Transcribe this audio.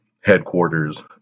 headquarters